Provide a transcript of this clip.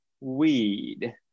weed